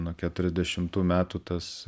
nuo keturiasdešimtų metų tas